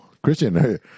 Christian